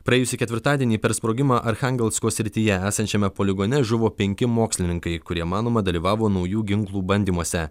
praėjusį ketvirtadienį per sprogimą archangelsko srityje esančiame poligone žuvo penki mokslininkai kurie manoma dalyvavo naujų ginklų bandymuose